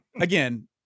again